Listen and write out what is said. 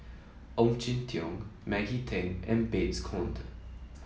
Ong Jin Teong Maggie Teng and Babes Conde